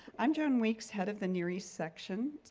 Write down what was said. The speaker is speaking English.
i'm joan weeks, head of the near east section,